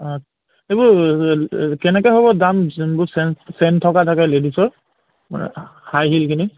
এইবোৰ কেনেকৈ হ'ব দাম যোনবোৰ চেন চেইন থকা থাকে লেডিছৰ মানে হাই হিলখিনি